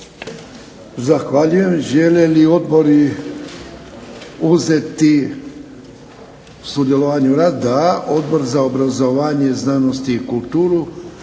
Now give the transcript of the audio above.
Zahvaljujem. Žele li odbori uzeti sudjelovanje u radu? Da. Odbor za obrazovanje, znanost i kulturu,